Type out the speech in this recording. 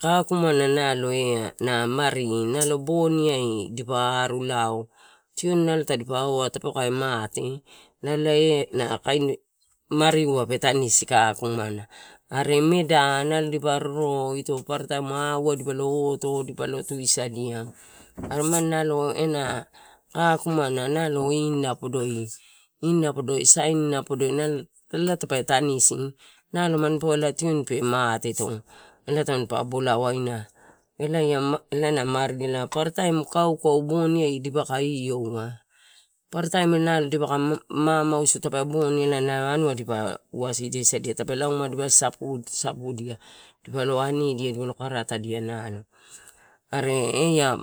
Kakumana na nalo ea na mari nalo boniai dipa aru lao, tioni nalo tadipaua, ta dipa mate, elae nalo ena kain maria ua pe tanisi, kakumana, are mida nalo dipa roro, ito papara taim auai dipole oto, dipole tusadia. Are imani ela na kakumana nalo inala podoi, inai podoi saina podoi ela nalo tape tanisi, ela nalo mampa tioni pe mate to. Ela tamanipa bola waina, ela la, mari, na mari. Paparataim kaukau boni dipaka ioua, paparataim ela dipaka mamausu, tape boni ela ma nua dipa wasi sadia, tadipa lauma dipa sapudia, dipole anidia dipole karatadia nalo, are ea